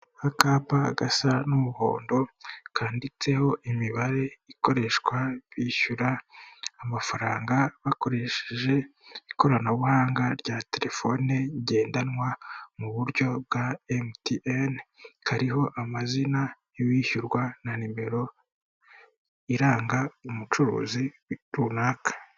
Akapa gasa n'umuhondo kanditseho imibare ikoreshwa bishyura amafaranga bakoresheje ikoranabuhanga rya telefone ngendanwa, mu buryo bwa emutiyene hariho amazina y'uwishyurwa na nimero iranga umucuruzi runaka.